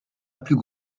plus